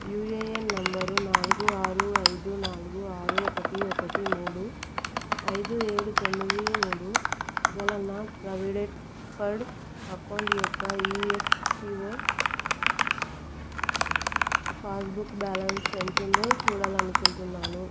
UAN number నాలుగు ఆరు ఐదు నాలుగు ఆరు ఒకటి ఒకటి మూడు ఐదు ఏడు తొమ్మిది మూడు గల నా ప్రవిడెంట్ ఫండ్ అకౌంట్ యొక్క ఈఎఫ్పిఓ పాస్బుక్ బ్యాలన్స్ ఎంతుందో చూడాలనుకుంటున్నాను